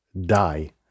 die